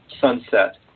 sunset